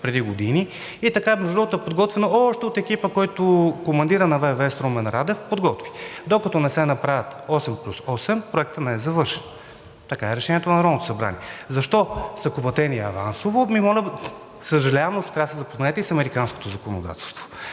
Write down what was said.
преди години, и така, между другото, е подготвено още от екипа, който командирът на ВВС – Румен Радев, подготви. Докато не се направят 8+8, проектът не е завършен – така е решението на Народното събрание. Защо са платени авансово? Съжалявам, но ще трябва да се запознаете и с американското законодателство.